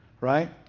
right